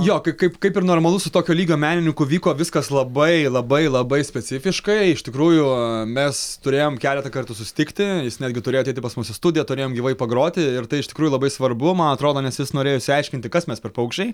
jo kai kaip kaip ir normalu su tokio lygio menininku vyko viskas labai labai labai specifiškai iš tikrųjų mes turėjom keletą kartų susitikti jis netgi turėjo ateiti pas mus į studiją turėjom gyvai pagroti ir tai iš tikrųjų labai svarbu man atrodo nes jis norėjo išsiaiškinti kas mes per paukščiai